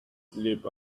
sleep